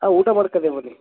ಹಾಂ ಊಟ ಮಾಡ್ಕಂಡೆ ಬನ್ನಿ